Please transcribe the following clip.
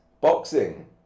boxing